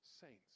saints